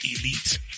elite